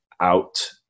out